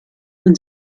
und